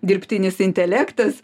dirbtinis intelektas